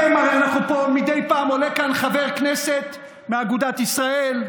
הרי מדי פעם עולה כאן חבר כנסת מאגודת ישראל,